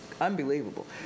unbelievable